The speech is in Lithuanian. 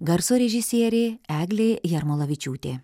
garso režisierė eglė jarmolavičiūtė